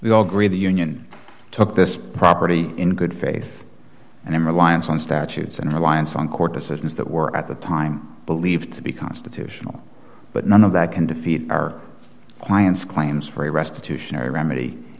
we all agree the union took this property in good faith and in reliance on statutes and reliance on court decisions that were at the time believed to be constitutional but none of that can defeat our client's claims for a restitution or a remedy